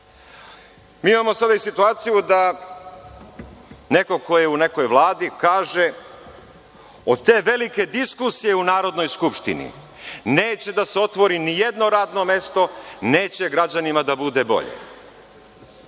imamo sada i situaciju da neko ko je u nekoj Vladi kaže – od te velike diskusije u Narodnoj skupštini neće da se otvori ni jedno radno mesto, neće građanima da bude bolje.